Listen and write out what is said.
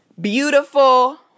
beautiful